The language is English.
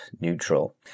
neutral